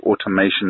automation